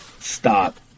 stop